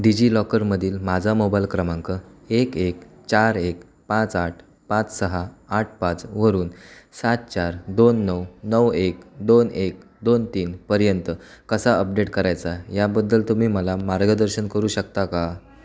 डिजिलॉकरमधील माझा मोबाईल क्रमांक एक एक चार एक पाच आठ पाच सहा आठ पाच वरून सात चार दोन नऊ नऊ एक दोन एक दोन तीनपर्यंत कसा अपडेट करायचा याबद्दल तुम्ही मला मार्गदर्शन करू शकता का